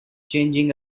changing